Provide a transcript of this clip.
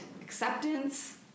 acceptance